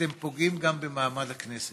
אתם פוגעים גם במעמד הכנסת.